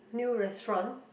new restaurant